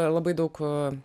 labai daug